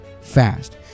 fast